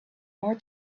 more